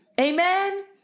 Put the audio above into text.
amen